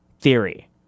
theory